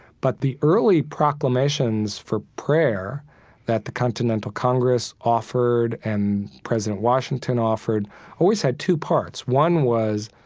but the early proclamations for prayer that the continental congress offered and president washington offered always had two parts. one was,